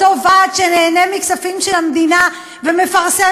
אותו ועד שנהנה מכספים של המדינה ומפרסם